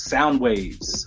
Soundwaves